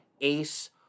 Ace